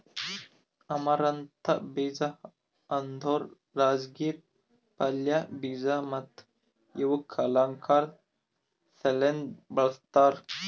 amaranth ಬೀಜ ಅಂದುರ್ ರಾಜಗಿರಾ ಪಲ್ಯ, ಬೀಜ ಮತ್ತ ಇವುಕ್ ಅಲಂಕಾರ್ ಸಲೆಂದ್ ಬೆಳಸ್ತಾರ್